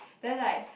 then like